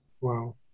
Wow